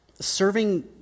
serving